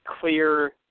clear –